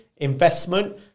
investment